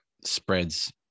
spreads